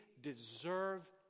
deserve